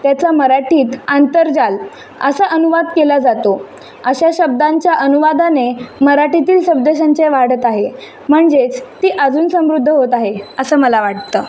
त्याचा मराठीत आंतर्जाल असा अनुवाद केला जातो अशा शब्दांच्या अनुवादाने मराठीतील शब्दसंचय वाढत आहे म्हणजेच ती अजून समृद्ध होत आहे असं मला वाटतं